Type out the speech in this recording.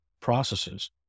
processes